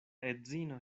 edzino